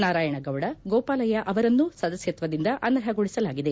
ನಾರಾಯಣಗೌಡ ಗೋಪಾಲಯ್ಯ ಅವರನ್ನೂ ಸದಸ್ಯತ್ವದಿಂದ ಅನರ್ಹಗೊಳಿಸಲಾಗಿದೆ